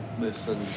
listen